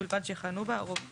ובלבד שיכהנו בה רוב חבריה.